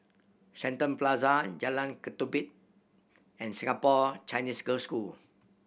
Shenton Plaza Jalan Ketumbit and Singapore Chinese Girls' School